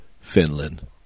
Finland